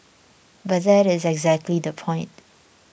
but that is exactly the point